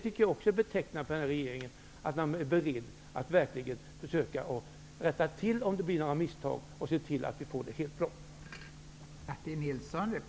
Något som också är betecknande för denna regering är att den är beredd att verkligen försöka rätta till eventuella misstag och se till att det blir helt bra.